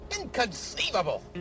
Inconceivable